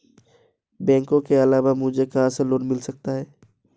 बैंकों के अलावा मुझे कहां से लोंन मिल सकता है?